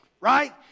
right